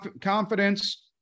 confidence